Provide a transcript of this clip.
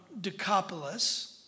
Decapolis